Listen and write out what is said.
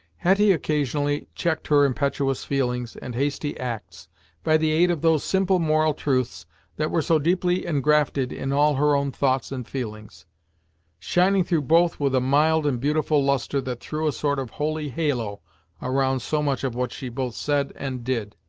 hetty occasionally checked her impetuous feelings and hasty acts by the aid of those simple moral truths that were so deeply engrafted in all her own thoughts and feelings shining through both with a mild and beautiful lustre that threw a sort of holy halo around so much of what she both said and did.